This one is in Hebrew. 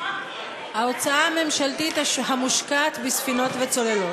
אחרי "ההוצאה הממשלתית" יבוא "המושקעת בספינות וצוללות".